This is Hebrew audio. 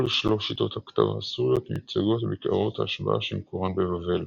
כל שלוש שיטות הכתב הסוריות מיוצגות בקערות ההשבעה שמקורן בבבל.